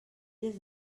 des